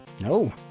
No